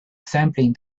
assembling